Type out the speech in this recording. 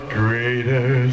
greater